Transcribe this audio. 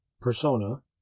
persona